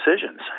decisions